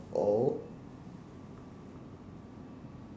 all